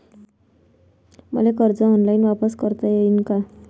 मले कर्ज ऑनलाईन वापिस करता येईन का?